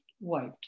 wiped